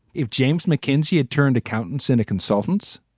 if james mckinsey had turned accountants into consultants,